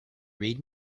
read